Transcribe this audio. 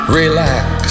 relax